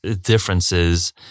differences